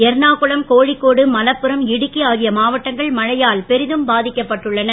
எர்ணாகுளம் கோழிக்கோடு மலப்புரம் இடுக்கி ஆகிய மாவட்டங்கள் மழையால் பெரிதும் பாதிக்கப்பட்டுள்ளன